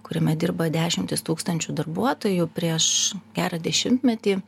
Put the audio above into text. kuriame dirba dešimtys tūkstančių darbuotojų prieš gerą dešimtmetį